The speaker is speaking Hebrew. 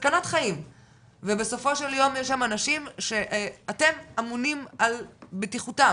סכנת חיים - ובסופו של יום יש שם אנשים שאתם אמונים על בטיחותם,